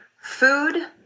Food